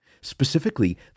Specifically